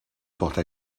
porte